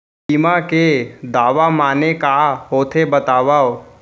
बीमा के दावा माने का होथे बतावव?